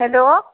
hello